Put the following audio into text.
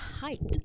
hyped